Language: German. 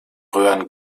röhren